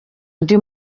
undi